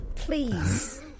Please